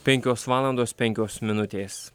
penkios valandos penkios minutės